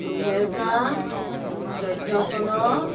দুহেজাৰ চৈধ্য চনৰ